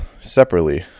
separately